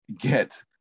get